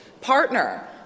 partner